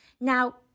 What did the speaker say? Now